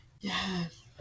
Yes